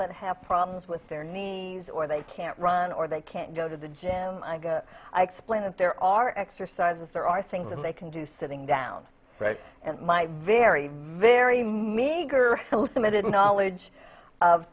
that have problems with their knees or they can't run or they can't go to the gym i explain that there are exercises there are things that they can do sitting down right and my very very meager summited knowledge of